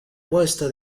puesto